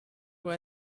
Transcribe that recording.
wohl